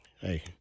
hey